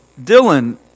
Dylan